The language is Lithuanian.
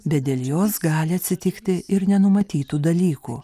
bet dėl jos gali atsitikti ir nenumatytų dalykų